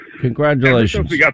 Congratulations